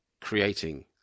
creating